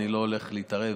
אני לא הולך להתערב.